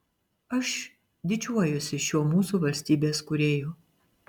aš didžiuojuosi šiuo mūsų valstybės kūrėju